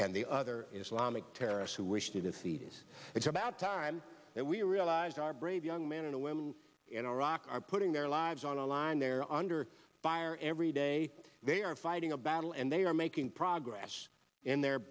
and the other islamic terrorists who wish to defeat it it's about time that we realize our brave young men and women in iraq are putting their lives on the line they're under fire every day they are fighting a battle and they are making progress in their